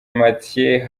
mathieu